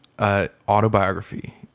Autobiography